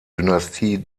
dynastie